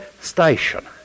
station